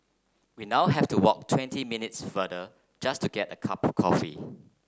we now have to walk twenty minutes farther just to get a cup of coffee